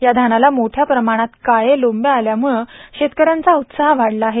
या धानाला मोठ्या प्रमाणात काळे लोंब्या आल्याम्ळे शेतकऱ्यांचा उत्साह वाढला आहे